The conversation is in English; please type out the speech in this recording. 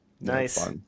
nice